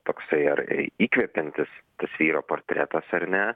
toksai ar įkvepiantis tas vyro portretas ar ne